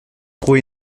trop